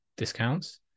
discounts